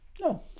No